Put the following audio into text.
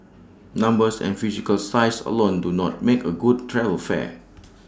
numbers and physical size alone do not make A good travel fair